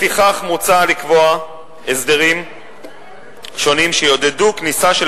לפיכך מוצע לקבוע הסדרים שונים שיעודדו כניסה של